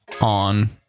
on